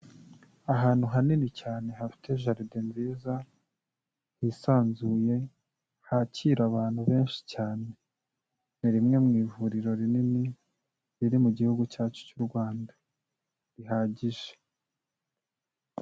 Ahantu hanini cyane hafite jaride nziza hisanzuye hakira abantu benshi cyane, ni rimwe mu ivuriro rinini riri mu gihugu cyacu cy'u Rwanda rihagije.